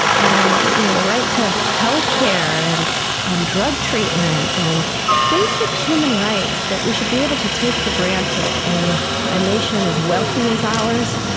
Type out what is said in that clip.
um you know the right to health care and um drug treatment and basic human rights that we should be able to take for granted in and a nation as wealthy as ours,